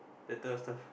that type of stuff